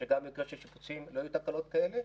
שגם בגלל שיש שיפוצים לא יהיו תקלות כאלה.